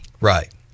Right